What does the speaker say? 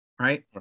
right